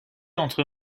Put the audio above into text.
entre